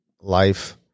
life